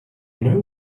know